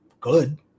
good